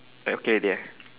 uh okay already ah